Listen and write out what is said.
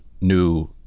new